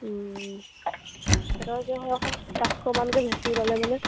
সেইটোকে কথা হয় আকৌ পাঁচশমানকে বেছি ওলালে মানে